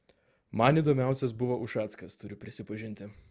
man įdomiausias buvo ušackas turiu prisipažinti